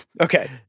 Okay